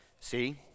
See